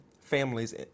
families